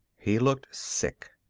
he looked sick.